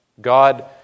God